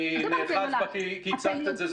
אני נאחז בה כי הצגת את זה,